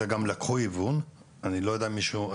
אלא שגם לקחו היוון ואני לא יודע אם מישהו,